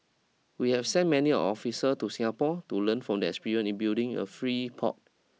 we have sent many officer to Singapore to learn from experience in building a free port